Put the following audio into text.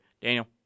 Daniel